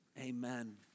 Amen